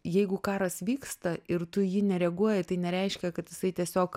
jeigu karas vyksta ir tu į jį nereaguoji tai nereiškia kad jisai tiesiog